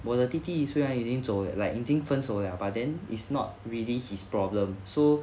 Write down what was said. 我的弟弟虽然已经走 like 已经分手 liao but then is not really his problem so